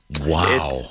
Wow